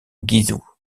guizhou